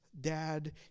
dad